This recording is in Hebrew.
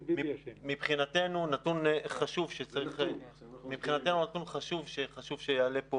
מבחינתנו, נתון חשוב שחשוב שיעלה פה